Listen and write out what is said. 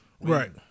right